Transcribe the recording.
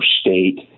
state